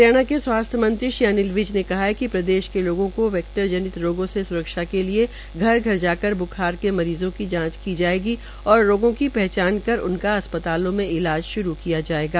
हरियाणा के स्वास्थ्य मंत्री श्री अनिल विज ने कहा कि प्रदेश के लोगों को वैक्टर जनित रोगों से स्रक्षित रखने के लिए घर घर जाकर ब्खार के मरीजों की जांच की जाएगी और रोगों की पहचान कर उनका अस्पतालों ईलाज श्रू किय जायेगा